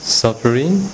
suffering